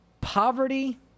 poverty